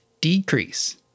decrease